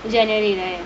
in january right